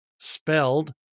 spelled